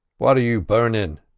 what are you burning?